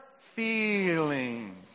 feelings